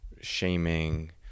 shaming